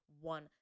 one